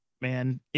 man